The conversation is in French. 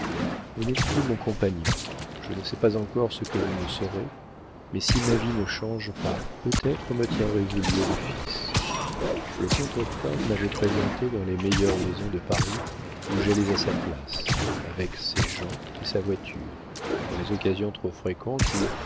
vous n'êtes plus mon compagnon je ne sais pas encore ce que vous me serez mais si ma vie ne change pas peut-être me tiendrez-vous lieu de fils le comte octave m'avait présenté dans les meilleures maisons de paris où j'allais à sa place avec ses gens et sa voiture dans les occasions trop fréquentes où